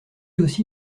aussi